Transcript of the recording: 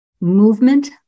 movement